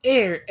Air